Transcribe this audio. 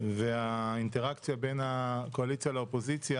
והאינטראקציה בין הקואליציה והאופוזיציה,